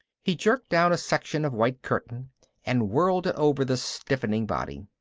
he jerked down a section of white curtain and whirled it over the stiffening body.